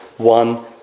one